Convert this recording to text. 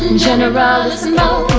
generalissimo